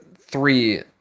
three